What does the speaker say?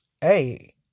Hey